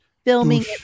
Filming